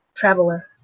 Traveler